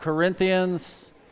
Corinthians